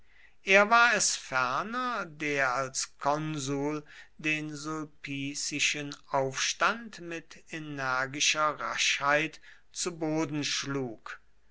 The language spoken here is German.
er war es ferner der als konsul den sulpicischen aufstand mit energischer raschheit zu boden schlug